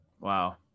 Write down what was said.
Wow